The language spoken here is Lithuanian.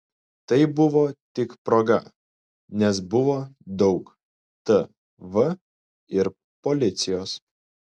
tai buvo tik proga nes buvo daug tv ir policijos